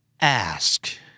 ask